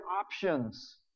options